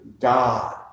God